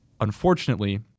unfortunately